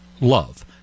love